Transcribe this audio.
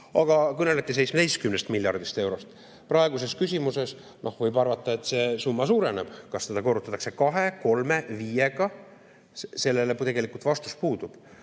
– kõneleti 17 miljardist eurost. Praeguses küsimuses võib arvata, et see summa suureneb. Kas seda korrutatakse kahe, kolme, viiega, sellele tegelikult vastus puudub.